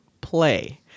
Play